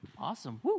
Awesome